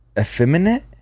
effeminate